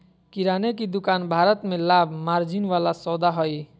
किराने की दुकान भारत में लाभ मार्जिन वाला सौदा हइ